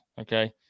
Okay